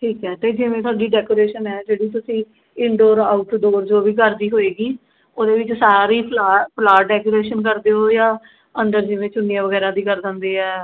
ਠੀਕ ਹੈ ਅਤੇ ਜਿਵੇਂ ਤੁਹਾਡੀ ਡੈਕੋਰੇਸ਼ਨ ਹੈ ਜਿਹੜੀ ਤੁਸੀਂ ਇਨਡੋਰ ਆਊਟਡੋਰ ਜੋ ਵੀ ਕਰਨੀ ਹੋਏਗੀ ਉਹਦੇ ਵਿੱਚ ਸਾਰੀ ਫਲਾ ਫਲਾਰ ਡੈਕੋਰੇਸ਼ਨ ਕਰ ਦਿਉ ਜਾਂ ਅੰਦਰ ਜਿਵੇਂ ਚੁੰਨੀਆਂ ਵਗੈਰਾ ਦੀ ਕਰ ਦਿੰਦੇ ਹੈ